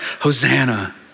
Hosanna